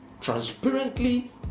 transparently